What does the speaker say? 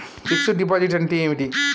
Fix డ్ deposit అంటే ఏమిటి?